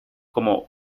como